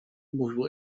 mówił